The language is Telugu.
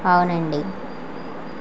అవును అండి